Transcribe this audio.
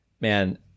man